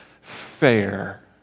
fair